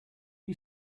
you